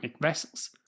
vessels